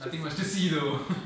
nothing much to see though